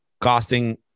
costing